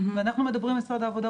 אנחנו מדברים עם משרד העבודה,